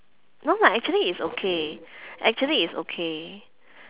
no lah actually it's okay actually it's okay